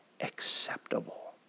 acceptable